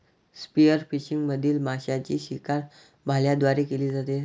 spearfishing मधील माशांची शिकार भाल्यांद्वारे केली जाते